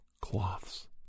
cloths